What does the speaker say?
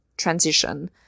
transition